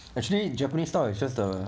actually japanese style is just the